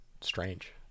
strange